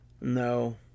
No